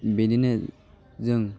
बेदिनो जों